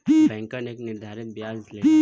बैंकन एक निर्धारित बियाज लेला